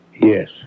Yes